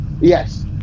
Yes